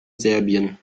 serbien